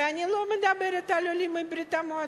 ואני לא מדברת על עולים מברית-המועצות,